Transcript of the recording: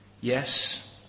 yes